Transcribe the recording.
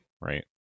right